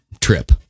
trip